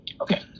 Okay